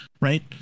right